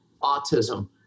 autism